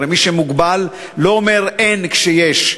הרי מי שמוגבל לא אומר אין כשיש.